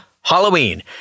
Halloween